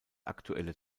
aktuelle